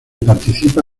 participa